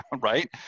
right